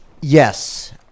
yes